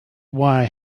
wire